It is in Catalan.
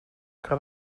que